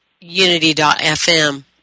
unity.fm